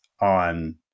on